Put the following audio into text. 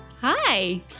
Hi